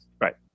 Right